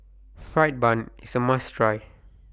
Fried Bun IS A must Try